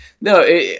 No